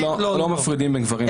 לא מפרידים בין גברים לנשים.